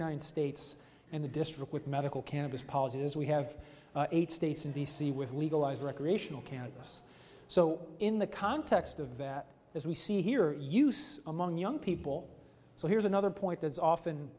nine states and the district with medical cannabis policies we have eight states in d c with legalized recreational cannabis so in the context of that as we see here use among young people so here's another point that's often